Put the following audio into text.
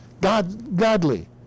godly